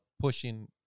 pushing